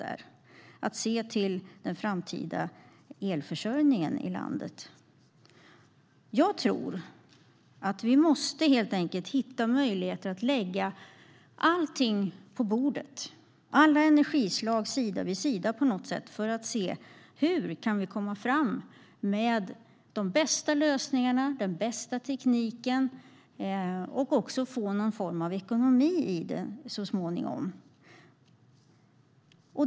Vi ska se till den framtida elförsörjningen i landet. Vi måste helt enkelt hitta möjligheter att lägga allting på bordet, alla energislag sida vid sida, för att se hur man kan komma fram till de bästa lösningarna, den bästa tekniken och dessutom så småningom få någon form av ekonomi i den.